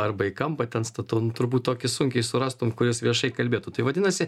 arba į kampą ten statau nu turbūt tokį sunkiai surastum kuris viešai kalbėtų tai vadinasi